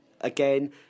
Again